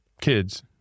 kids